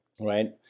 Right